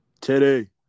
Today